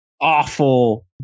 awful